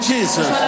Jesus